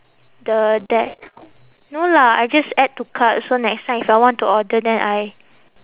the that no lah I just add to cart so next time if I want to order then I